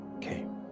came